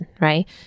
right